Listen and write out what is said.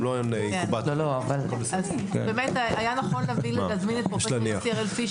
היה נכון להזמין את פרופ' יוסי הראל-פיש,